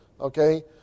Okay